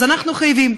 אז אנחנו חייבים.